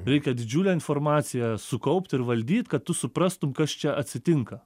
reikia didžiulę informaciją sukaupt ir valdyt kad tu suprastum kas čia atsitinka